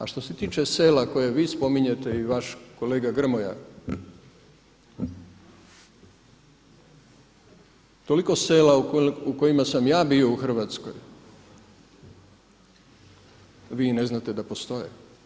A što se tiče sela koje vi spominjete i vaš kolega Grmoja toliko sela u kojima sam ja bio u Hrvatskoj vi ne znate da postoje.